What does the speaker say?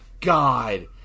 god